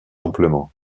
amplement